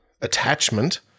attachment